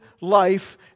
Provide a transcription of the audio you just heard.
life